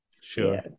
Sure